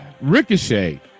Ricochet